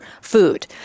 food